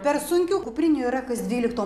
per sunkių kuprinių yra kas dvylikto